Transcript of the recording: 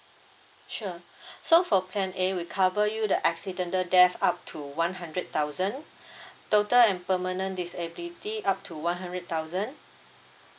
sure so for plan A we cover you the accidental death up to one hundred thousand total and permanent disability up to one hundred thousand